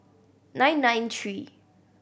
nine nine three